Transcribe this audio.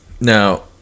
Now